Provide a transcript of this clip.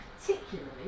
particularly